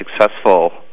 successful